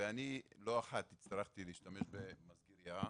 ואני לא אחת הצטרכתי להשתמש במסגרייה,